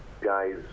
guys